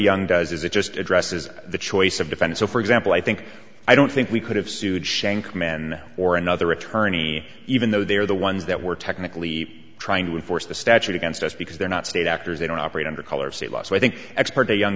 young does is it just addresses the choice of defense so for example i think i don't think we could have sued shank man or another attorney even though they are the ones that were technically trying to enforce the statute against us because they're not state actors they don't operate under color of state law so i think expert a young